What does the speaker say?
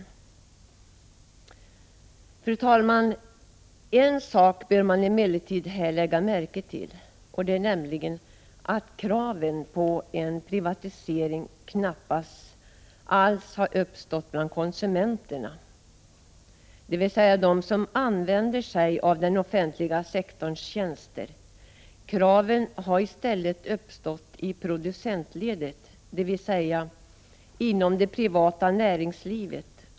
Fru talman! En sak bör man emellertid lägga märke till i detta sammanhang, nämligen att kraven på en privatisering knappast ställts av konsumenterna, dvs. de som använder sig av den offentliga sektorns tjänster. Kraven har i stället ställts i producentledet, dvs. inom det privata näringslivet.